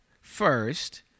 first